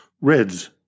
Reds